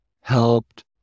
helped